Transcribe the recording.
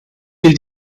will